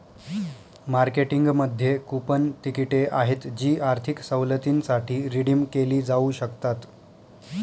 मार्केटिंगमध्ये कूपन तिकिटे आहेत जी आर्थिक सवलतींसाठी रिडीम केली जाऊ शकतात